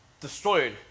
destroyed